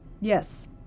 Yes